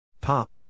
Pop